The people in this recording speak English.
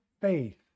faith